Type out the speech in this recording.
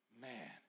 Man